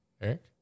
Eric